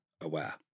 aware